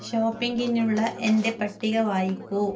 ഷോപ്പിംഗിനുള്ള എന്റെ പട്ടിക വായിക്കൂ